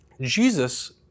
Jesus